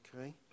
okay